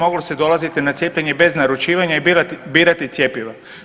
Moglo se dolaziti na cijepljenje i bez naručivanja i birati cjepiva.